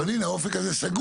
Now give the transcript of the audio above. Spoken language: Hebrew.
אבל, הינה, האופק הזה סגור.